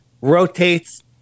rotates